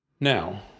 Now